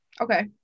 Okay